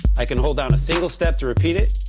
i can hold down a single step to repeat it.